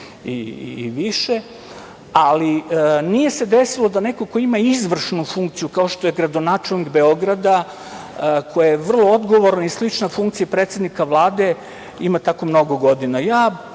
i više, ali se nije desilo da neko ko ima izvršnu funkciju, kao što je gradonačelnik Beograda, koja je vrlo odgovorna i slična funkciji predsednika Vlade, ima tako mnogo godina. Ja